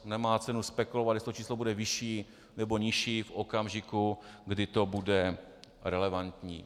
Nemá cenu spekulovat, jestli číslo bude vyšší, nebo nižší v okamžiku, kdy to bude relevantní.